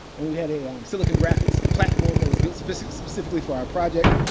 and we had a silicon graphics platform that was built specific specifically for our project.